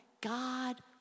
God